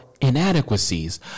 inadequacies